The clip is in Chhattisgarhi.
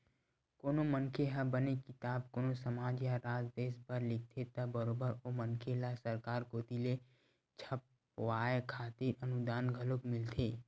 कोनो मनखे ह बने किताब कोनो समाज या राज देस बर लिखथे त बरोबर ओ मनखे ल सरकार कोती ले छपवाय खातिर अनुदान घलोक मिलथे